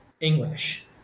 English